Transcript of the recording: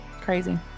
crazy